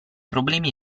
problemi